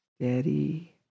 Steady